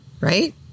Right